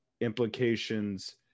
implications